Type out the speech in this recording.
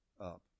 up